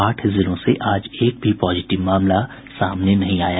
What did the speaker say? आठ जिलों से आज एक भी पॉजिटिव मामला सामने नहीं आया है